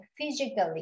physically